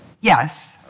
yes